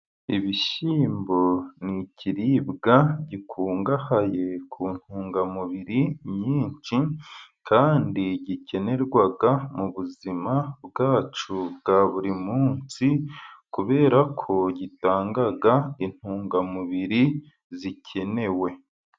Ibishyimbo ni ikiribwa gikungahaye ku ntungamubiri nyinshi, kandi gikenerwa mu buzima bwacu bwa buri munsi, kubera ko gitanga intungamubiri zikenewe.